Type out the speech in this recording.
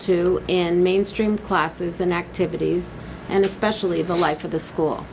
to in mainstream classes and activities and especially the life of the school